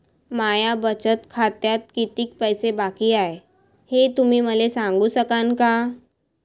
माया बचत खात्यात कितीक पैसे बाकी हाय, हे तुम्ही मले सांगू सकानं का?